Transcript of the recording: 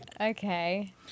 Okay